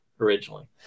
originally